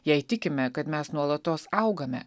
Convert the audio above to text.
jei tikime kad mes nuolatos augame